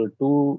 two